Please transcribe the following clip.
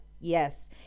yes